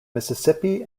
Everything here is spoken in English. mississippi